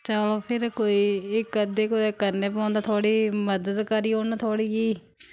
चलो फिर कोई इक अद्धे कुदै करना पौंदा थोह्ड़ी मदद करी ओड़न थोह्ड़ी जेही